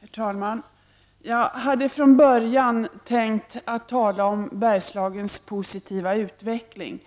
Herr talman! Jag hade från början tänkt tala om Bergslagens positiva utveckling,